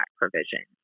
provision